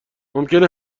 ممکنه